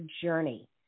journey